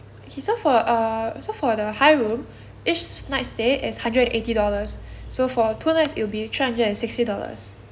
okay so for err so for the high room each night stay is hundred and eighty dollars so for two nights it'll be three hundred and sixty dollars